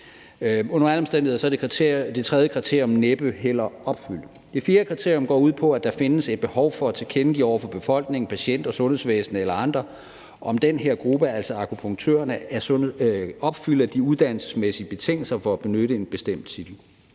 Under alle omstændigheder er det tredje kriterium næppe heller opfyldt. Det fjerde kriterium går ud på, at der findes et behov for at tilkendegive over for befolkningen, patienterne, sundhedsvæsenet eller andre, om den her gruppe, altså akupunktørerne, opfylder de uddannelsesmæssige betingelser for at benytte en bestemt titel.